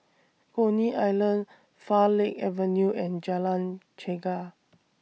Coney Island Farleigh Avenue and Jalan Chegar